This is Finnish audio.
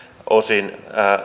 osin